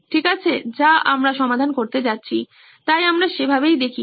ঠিক আছে যা আমরা সমাধান করতে যাচ্ছি তাই আমরা সেভাবেই দেখি